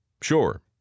Sure